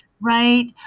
Right